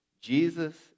Jesus